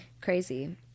Crazy